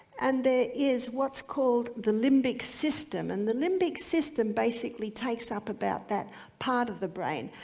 and there is what's called the limbic system. and the limbic system basically takes up about that part of the brain,